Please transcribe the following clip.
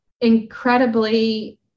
incredibly